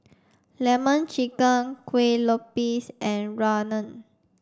lemon chicken Kueh Lopes and Rawon